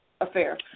affair